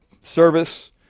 service